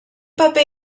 paper